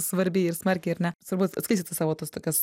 svarbi ir smarkiai ar ne svarbu atskleisiu tas savo tas tokias